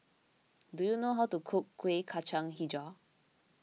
do you know how to cook Kuih Kacang HiJau